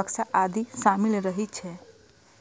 बक्सा आदि शामिल रहै छै